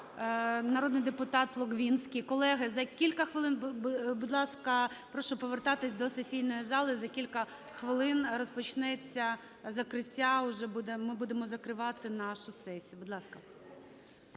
народний депутата Логвинський. Колеги, за кілька хвилин, будь ласка, прошу повертатись до сесійної зали, за кілька хвилин розпочнеться закриття. Ми будемо закривати нашу сесію. Будь ласка.